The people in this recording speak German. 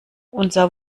unser